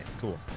cool